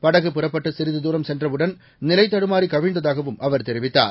படகு புறப்பட்டு சிறிது தூரம் சென்றவுடன் நிலைதடுமாறி கவிழ்ந்தாகவும் அவர் தெரிவித்தார்